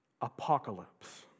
apocalypse